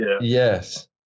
Yes